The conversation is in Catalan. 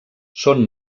són